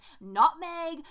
nutmeg